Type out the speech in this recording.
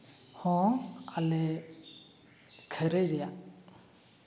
ᱦᱚᱸ ᱟᱞᱮ ᱠᱷᱟᱹᱨᱭᱟᱹᱭ ᱨᱮᱭᱟᱜ